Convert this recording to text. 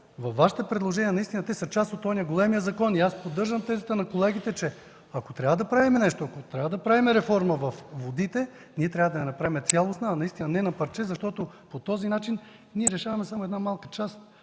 Вашите предложения са част от онзи, от големия закон. Аз поддържам тезата на колегите, че ако трябва да правим нещо, ако трябва да правим реформа във водите, трябва да я правим цялостно, а не на парче, защото по този начин решаваме само една малка част,